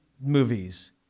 movies